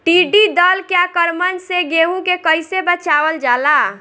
टिडी दल के आक्रमण से गेहूँ के कइसे बचावल जाला?